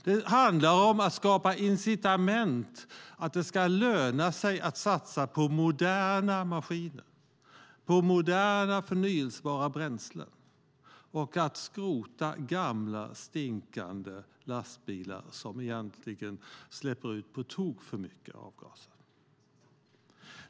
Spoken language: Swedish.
Det handlar om att skapa incitament, att det ska löna sig att satsa på moderna maskiner, på moderna förnybara bränslen, och att skrota gamla stinkande lastbilar som släpper ut på tok för mycket avgaser.